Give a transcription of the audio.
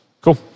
Cool